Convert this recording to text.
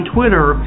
Twitter